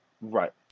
right